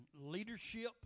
leadership